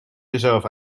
jezelf